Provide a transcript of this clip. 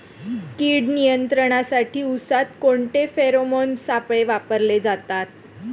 कीड नियंत्रणासाठी उसात कोणते फेरोमोन सापळे वापरले जातात?